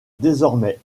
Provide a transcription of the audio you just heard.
désormais